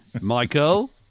Michael